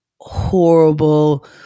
horrible